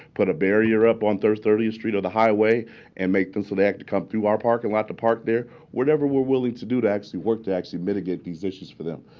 put a barrier up on thirtieth street or the highway and make them select to come through our parking lot to park there. whatever we're willing to do to actually work to actually mitigate these issues for them.